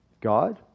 God